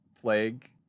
Plague